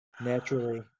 Naturally